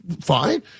Fine